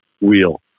wheel